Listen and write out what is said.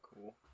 cool